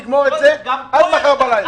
לגמור את זה עד מחר בלילה.